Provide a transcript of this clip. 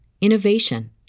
innovation